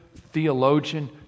theologian